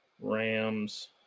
Rams